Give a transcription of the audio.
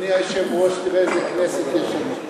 אדוני היושב-ראש, תראה איזה כנסת יש לנו: